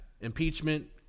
impeachment